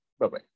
Bye-bye